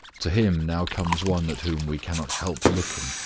to him now comes one at whom we cannot help looking,